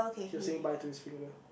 he was saying bye to his finger